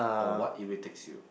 or what irritates you